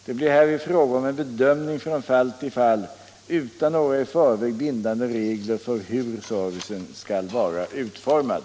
Det blir härvid fråga om en bedömning från fall till fall utan några i förväg bindande regler för hur servicen skall vara utformad.